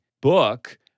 book